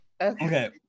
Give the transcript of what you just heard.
okay